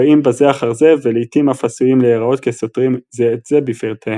באים בזה אחר זה ולעיתים אף עשויים להיראות כסותרים זה את זה בפרטיהם.